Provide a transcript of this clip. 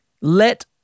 let